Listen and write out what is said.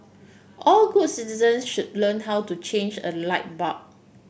all good citizens should learn how to change a light bulb